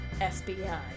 FBI